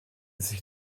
sich